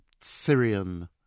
Syrian